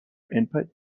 input